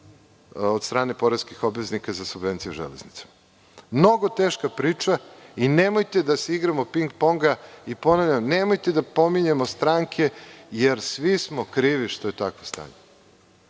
od strane poreskih obveznika za subvencije železnice. Mnogo teška priča i nemojte da se igramo ping ponga. Ponavljam, nemojte da pominjemo stranke, jer svi smo krivi što je takvo stanje. Zaista